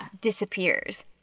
disappears